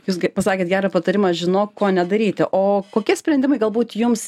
jūs pasakėt gerą patarimą žinok ko nedaryti o kokie sprendimai galbūt jums